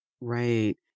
Right